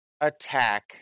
attack